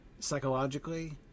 psychologically